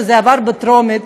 שעבר בטרומית,